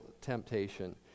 temptation